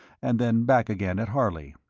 and then back again at harley.